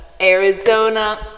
Arizona